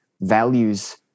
values